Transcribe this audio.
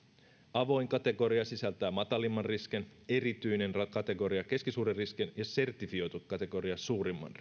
avoin kategoria sisältää matalimman riskin erityinen kategoria keskisuuren riskin ja sertifioitu kategoria suurimman